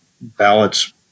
ballots